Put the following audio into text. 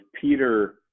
Peter